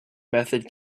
method